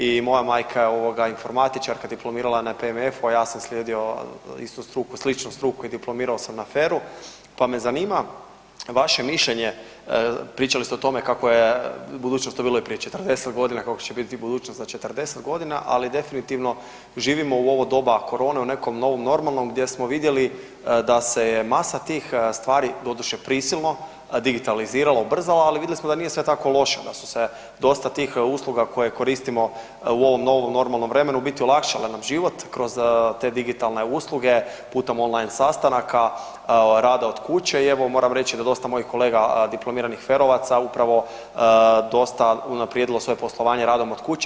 I moja majka je informatičarka diplomirala je na PMF-u, a ja sam slijedio istu struku sličnu struku i diplomirao sam na FER-u, pa me zanima vaše mišljenje, pričali ste o tome kako je budućnost to je bilo i prije 40 godina kako će biti budućnost za 40 godina, ali definitivno živimo u doba korone u nekom novom normalnom gdje smo vidjeli da se je masa tih stvari, doduše prisilno digitaliziralo ubrzalo, ali vidjeli smo da nije sve tako loše, da su se dosta tih usluga koje koristimo u ovom novom normalnom vremenu u biti olakšale nam život kroz te digitalne usluge putem online sastanaka, rada od kuće i evo moram reći da dosta mojih kolega diplomiranih FER-ovaca upravo dosta unaprijedilo svoje poslovanje radom od kuće.